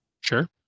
Sure